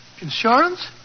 Insurance